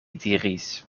diris